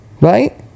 right